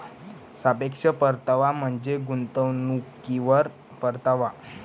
सापेक्ष परतावा म्हणजे गुंतवणुकीवर परतावा